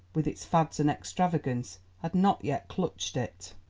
with its fads and extravagance, had not yet clutched it.